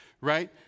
right